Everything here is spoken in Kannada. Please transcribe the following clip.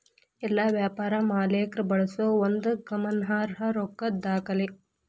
ಎಲ್ಲಾ ವ್ಯಾಪಾರ ಮಾಲೇಕ್ರ ಬಳಸೋ ಒಂದು ಗಮನಾರ್ಹದ್ದ ರೊಕ್ಕದ್ ದಾಖಲೆ